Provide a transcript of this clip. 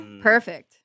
Perfect